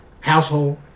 Household